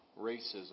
racism